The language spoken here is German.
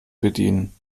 bedienen